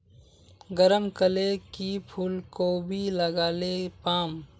गरम कले की फूलकोबी लगाले पाम?